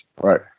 Right